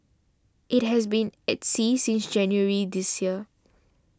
it has been at sea since January this year